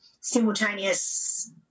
simultaneous